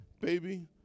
baby